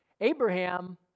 Abraham